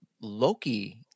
Loki